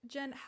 Jen